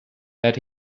that